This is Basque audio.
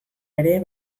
ere